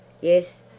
Yes